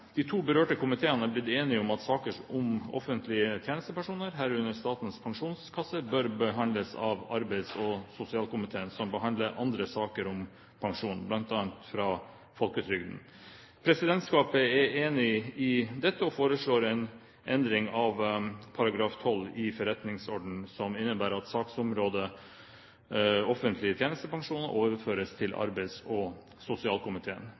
De to berørte komiteene er blitt enige om at saker om offentlig tjenestepensjon, herunder Statens Pensjonskasse, bør behandles av arbeids- og sosialkomiteen, som behandler andre saker om pensjon, bl.a. fra Folketrygden. Presidentskapet er enig i dette og foreslår en endring av § 12 i Stortingets forretningsorden, som innebærer at saksområdet offentlige tjenestepensjoner overføres til arbeids- og sosialkomiteen.